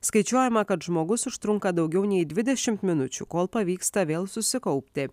skaičiuojama kad žmogus užtrunka daugiau nei dvidešim minučių kol pavyksta vėl susikaupti